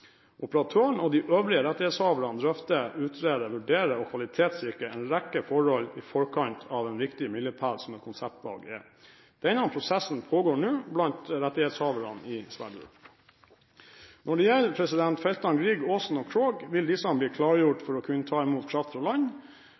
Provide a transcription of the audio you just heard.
Operatøren og de øvrige rettighetshaverne drøfter, utreder, vurderer og kvalitetssikrer en rekke forhold i forkant av en viktig milepæl som et konseptvalg er. Denne prosessen pågår nå blant rettighetshaverne i Sverdrup. Når det gjelder feltene Grieg, Aasen og Krog, vil disse bli klargjort for å kunne ta imot kraft fra land,